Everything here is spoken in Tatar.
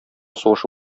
сугышы